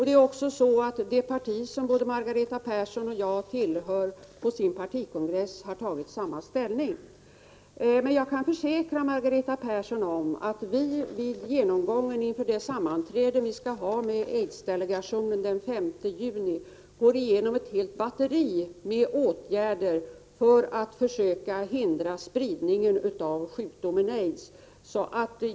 Det är också så att det parti som både Margareta Persson och jag tillhör på sin partikongress har intagit samma ställning. Jag kan försäkra Margareta Persson att vi vid genomgången inför det sammanträde som AIDS-delegationen har den 5 juni går igenom ett helt batteri av åtgärder för att försöka hindra spridningen av sjukdomen AIDS.